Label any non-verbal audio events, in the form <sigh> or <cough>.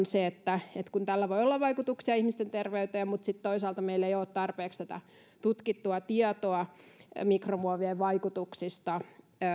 <unintelligible> se että tällä voi olla vaikutuksia ihmisten terveyteen mutta sitten toisaalta meillä ei ole tarpeeksi tutkittua tietoa mikromuovien vaikutuksista